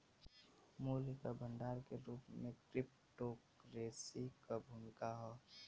मूल्य क भंडार के रूप में क्रिप्टोकरेंसी क भूमिका हौ